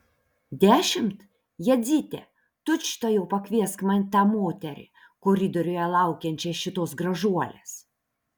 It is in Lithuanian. dešimt jadzyte tučtuojau pakviesk man tą moterį koridoriuje laukiančią šitos gražuolės